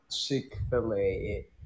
Chick-fil-A